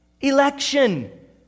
Election